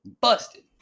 busted